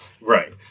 Right